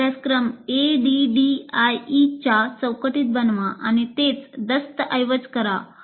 आपले अभ्यासक्रम एडीडीईच्या चौकटीत बनवा आणि तेच दस्तऐवज करा